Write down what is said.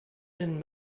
been